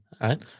right